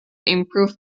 improve